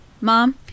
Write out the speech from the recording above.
Mom